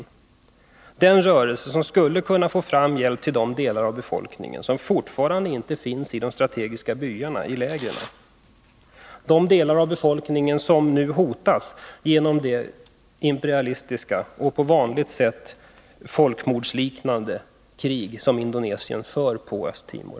Det är den rörelse som skulle kunna få fram hjälp till de delar av befolkningen som fortfarande inte finns i de strategiska byarna, i lägren, de delar av befolkningen som nu hotas genom det imperialistiska och på vanligt sätt folkmordsliknande krig som Indonesien för på Östtimor.